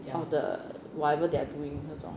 of the whatever they are doing 那种